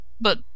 But